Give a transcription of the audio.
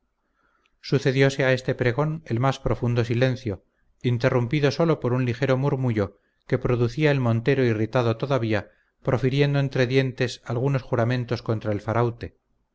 mano sucedióse a este pregón el más profundo silencio interrumpido sólo por un ligero murmullo que producía el montero irritado todavía profiriendo entre dientes algunos juramentos contra el faraute